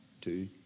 two